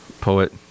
poet